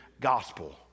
gospel